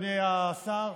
אדוני השר,